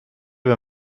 wir